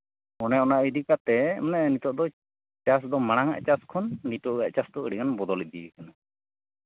ᱚᱱᱮ ᱚᱱᱟ ᱤᱫᱤ ᱠᱟᱛᱮᱫ ᱢᱟᱱᱮ ᱱᱤᱛᱚᱜ ᱫᱚ ᱪᱟᱥ ᱫᱚ ᱢᱟᱲᱟᱝᱼᱟᱜ ᱪᱟᱥ ᱠᱷᱚᱱ ᱱᱤᱛᱚᱜᱟᱜ ᱪᱟᱥ ᱫᱚ ᱟᱹᱰᱤᱜᱟᱱ ᱵᱚᱫᱚᱞ ᱤᱫᱤᱭ ᱠᱟᱱᱟ